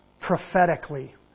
prophetically